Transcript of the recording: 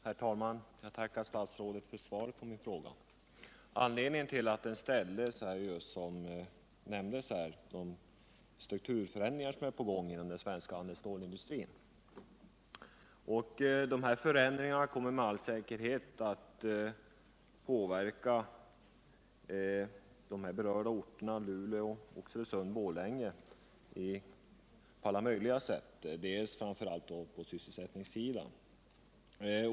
Herr talman! Jag tackar statsrådet för svaret. Anledningen till att jag framställde min fråga var, som också nämndes här, de strukturförändringar som är på gång inom den svenska handefsstålsindustrin. Dessa förändringar kommer med all säkerhet att på många sätt påverka berörda orter — Luleå, Oxelösund och Borlänge — inte minst på sysselsättningssidan.